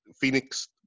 Phoenix